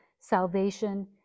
salvation